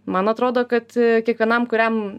man atrodo kad kiekvienam kuriam